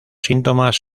síntomas